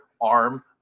arm